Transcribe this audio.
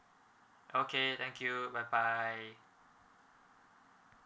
okay thank you bye bye